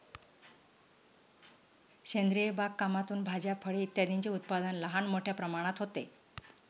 सेंद्रिय बागकामातून भाज्या, फळे इत्यादींचे उत्पादन लहान मोठ्या प्रमाणात होते